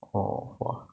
orh !wah!